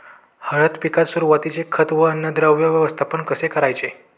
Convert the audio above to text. हळद पिकात सुरुवातीचे खत व अन्नद्रव्य व्यवस्थापन कसे करायचे?